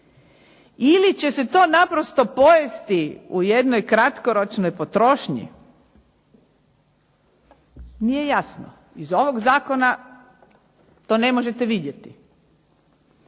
Ili će se to naprosto pojesti u jednoj kratkoročnoj potrošnji. Nije jasno. Iz ovog zakona to ne možete vidjeti.